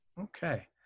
Okay